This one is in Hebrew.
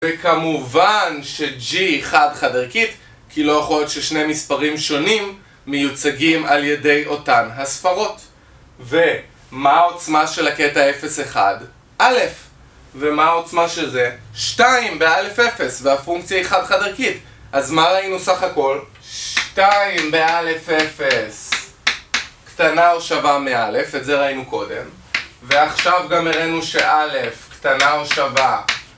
וכמובן ש-G היא חד חד ערכית, כי לא יכול להיות ששני מספרים שונים מיוצגים על ידי אותן הספרות. ומה העוצמה של הקטע 0-1? א'. ומה העוצמה של זה? 2, ב-א'0, והפונקציה היא חד חד ערכית. אז מה ראינו סך הכל? 2 ב-א'0 קטנה או שווה מ-א' את זה ראינו קודם ועכשיו גם הראינו ש-א' קטנה או שווה